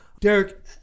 Derek